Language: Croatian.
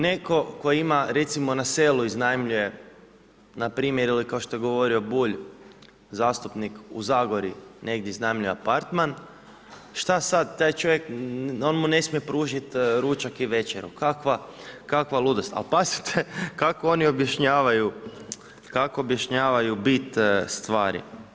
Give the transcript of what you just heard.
Netko tko ima recimo na selu iznajmljuje npr. ili kao što je govorio Bulj zastupnik u Zagori, negdje iznajmljuje apartman, šta sada taj čovjek, on mu ne smije pružiti ručak ili večeru, kakva ludost, ali pazite kako oni objašnjavaju, kako objašnjavaju bit stvari.